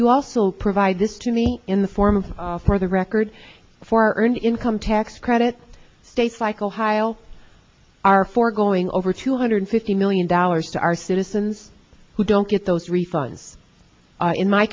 you also provide this to me in the form of for the record for earned income tax credit states like ohio are for going over two hundred fifty million dollars to our citizens who don't get those refunds in my